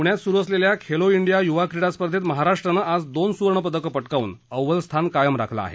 प्ण्यात सुरु असलेल्या खेलो इंडिया यूवा क्रीडा स्पर्धेत महाराष्ट्रानं आज दोन सुवर्ण पदक पटकावून अव्वल स्थान कायम राखलं आहे